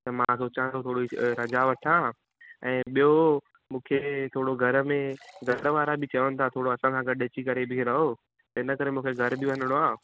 त मां सोचियां थो थोरी रज़ा वठां ऐं ॿियो मूंखे थोरो घर में घर वारा बि चवनि था थोरो असां सां गॾु अची करे बि रहु इनकरे मूंखे घरु बि वञिणो आहे